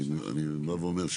אני בא ואומר,